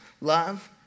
Love